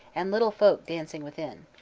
and little folk dancing within.